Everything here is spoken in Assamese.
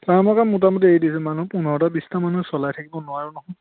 ফাৰ্মকে মোটামুট এৰি দিছোঁ মানুহ পোন্ধৰটা বিছটা মানুহ চলাই থাকিব নোৱাৰোঁ নহয়